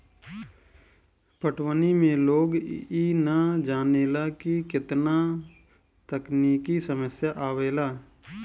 पटवनी में लोग इ ना जानेला की केतना तकनिकी समस्या आवेला